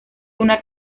una